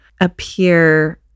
appear